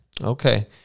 Okay